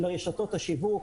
לרשתות השיווק,